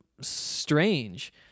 strange